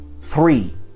Three